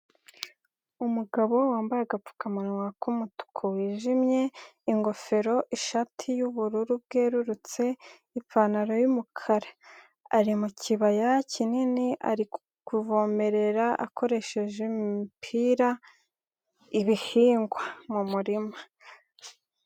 Umugabo wambaye agapfukamunwa k'umutuku wijimye, ingofero, ishati y'ubururu bwerurutse, ipantaro y'umukara ari mu kibaya kinini ari kuvomerera akoresheje imipira ibihingwa mu murima.